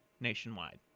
nationwide